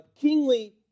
kingly